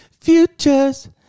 Futures